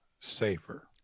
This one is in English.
safer